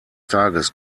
tages